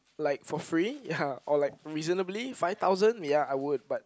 like for free ya oh like reasonable five thousand ya I would but